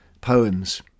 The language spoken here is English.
Poems